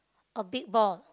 a big ball